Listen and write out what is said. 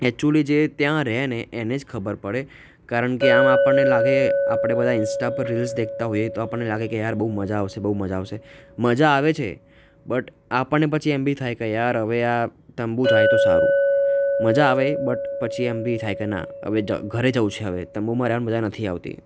actually જે ત્યાં રહે ને એને જ ખબર પડે કે આમ આપણને લાગે આપણે બધા ઇંસ્ટા પર રીલ્સ દેખતા હોઈએ તો આપણને લાગે કે યાર બહુ મજા આવશે બહુ મજા આવશે મજા આવે છે બટ આપણને પછી એમ બી થાય કે યાર હવે આ તંબું જાય તો સારું મજા આવે બટ પછી એમ બી થાય કે ના હવે જ ઘરે જવું છે હવે તંબુમાં રહેવામાં મજા નથી આવતી